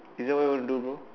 is that what you want to do bro